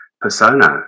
persona